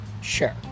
Sure